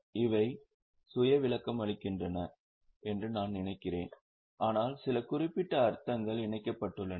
இவை சுய விளக்கமளிக்கின்றன என்று நான் நினைக்கிறேன் ஆனால் சில குறிப்பிட்ட அர்த்தங்கள் இணைக்கப்பட்டுள்ளன